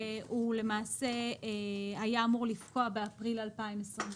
ולמעשה הוא היה אמור לפקוע באפריל 2021,